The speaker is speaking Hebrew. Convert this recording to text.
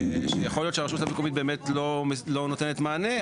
שיכול להיות שהרשות המקומית באמת לא נותנת מענה,